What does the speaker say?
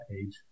age